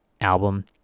album